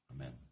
Amen